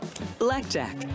Blackjack